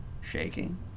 shaking